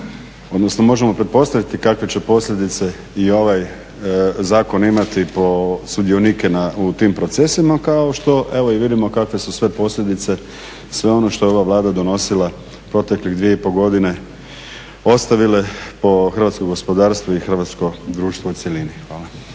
odnosno možemo pretpostaviti kakve će posljedice i ovaj zakon imati po sudionike u tim procesima, kao što vidimo kakve su sve posljedice, sve ono što je ova Vlada donosila proteklih 2,5 godine ostavila po hrvatsko gospodarstvo i hrvatsko društvo u cjelini.